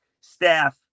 staff